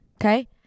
Okay